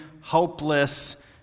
hopeless